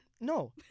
no